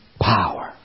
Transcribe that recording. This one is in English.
power